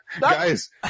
Guys